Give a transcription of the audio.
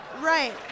right